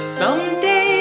someday